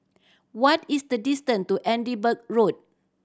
what is the distance to Edinburgh Road